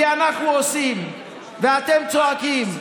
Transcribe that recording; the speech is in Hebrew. כי אנחנו עושים ואתם צועקים,